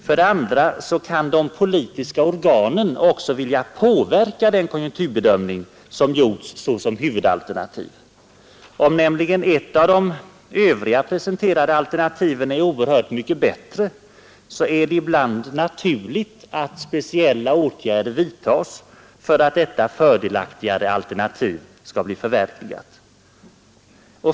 För det andra kan de politiska organen också vilja påverka den konjunkturbedömning som gjorts ett av de övriga presenterade alternativen är oerhört mycket bättre, är det ibland naturligt att speciella åtgärder vidtas för att detta fördelaktigare alternativ skall bli förverkligat.